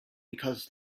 because